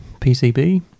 PCB